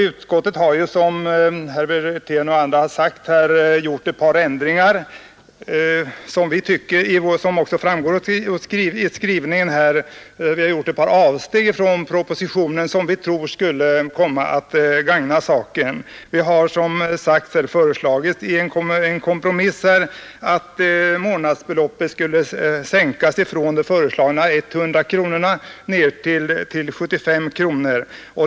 Utskottet har, som herr Wirtén och andra talare har sagt och som framgår av skrivningen, gjort ett par avsteg från propositionen, som vi tror skall komma att gagna saken. Utskottet har gjort en kompromiss och föreslagit att månadsbeloppet skall sänkas från 100 kronor till 75 kronor.